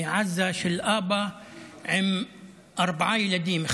מעזה של אבא עם ארבעה ילדים,